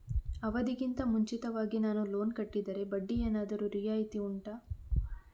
ಅವಧಿ ಗಿಂತ ಮುಂಚಿತವಾಗಿ ನಾನು ಲೋನ್ ಕಟ್ಟಿದರೆ ಬಡ್ಡಿ ಏನಾದರೂ ರಿಯಾಯಿತಿ ಉಂಟಾ